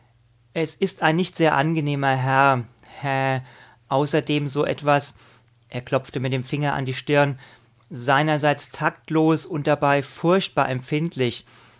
es ist ein nicht sehr angenehmer herr hä außerdem so etwas er klopfte mit dem finger an die stirn seinerseits taktlos und dabei furchtbar empfindlich